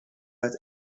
uit